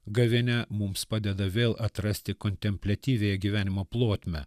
gavėnia mums padeda vėl atrasti kontempliatyviąją gyvenimo plotmę